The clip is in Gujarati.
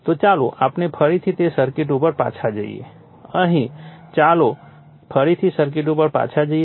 તો ચાલો આપણે ફરીથી તે સર્કિટ ઉપર પાછા જઈએ અહીં ચાલો ફરીથી સર્કિટ ઉપર પાછા જઈએ